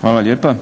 Hvala lijepa.